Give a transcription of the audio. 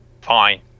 fine